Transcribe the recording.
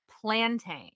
plantain